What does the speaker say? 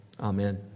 amen